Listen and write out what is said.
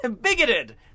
bigoted